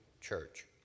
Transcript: church